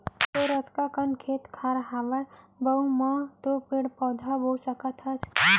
तोर अतका कन खेत खार हवय वहूँ म तो पेड़ पउधा ल बो सकत हस